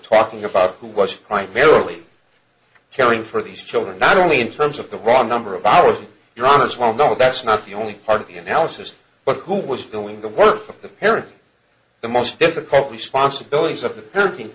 talking about who was primarily caring for these children not only in terms of the raw number of hours your honors well know that's not the only part of the analysis but who was doing the work of the parent the most difficult responsibilities of the parenting